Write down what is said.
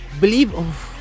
Believe